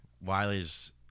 Wiley's